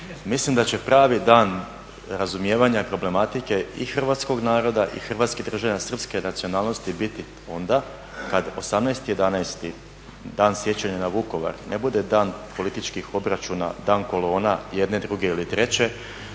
mislim da će pravi dan razumijevanja problematike i hrvatskog naroda i hrvatskih državljana srpske nacionalnosti biti onda kad 18.11. Dan sjećanja na Vukovar ne bude dan političkih obračuna, dan kolona jedne, druge ili treće.